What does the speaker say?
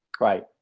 Right